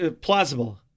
plausible